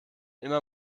immer